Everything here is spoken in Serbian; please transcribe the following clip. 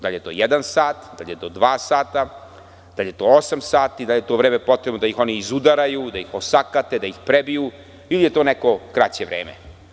Da li je to jedan sat, da li je to dva sata, da li je to osam sati, da li je to vreme potrebno da ih oni izudaraju da ih osakate, prebiju ili je to neko kraće vreme?